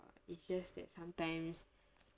it's just that sometimes